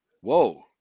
Whoa